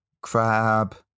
crab